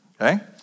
Okay